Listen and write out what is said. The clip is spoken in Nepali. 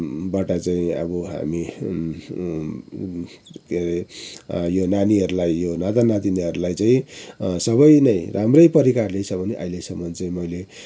बाट चाहिँ अब हामी के अरे यो नानीहरलाई यो नाता नातिनीहरलाई चाहिँ सबै नै राम्रै परिकारले छ भने अहिलेसम्म चाहिँ मैले